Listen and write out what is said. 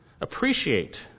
Appreciate